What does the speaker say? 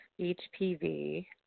HPV